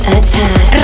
Attack